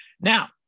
Now